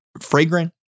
fragrant